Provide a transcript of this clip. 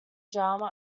drama